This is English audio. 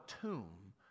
tomb